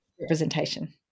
representation